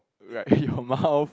like your mouth